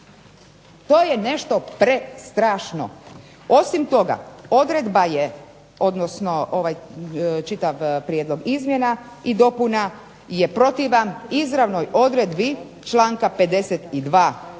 To je nešto prestrašno, osim toga odredba je ovaj čitav prijedlog izmjena i dopuna je protivan izravnoj odredbi članka 52.